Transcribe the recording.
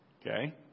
Okay